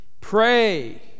pray